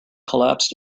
collapsed